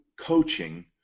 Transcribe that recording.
coaching